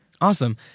Awesome